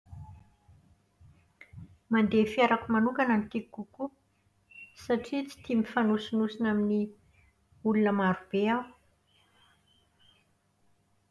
Mandeha fiarako manokana no tiako kokoa satria tsy tia mifanosonosona amin'ny olona marobe aho.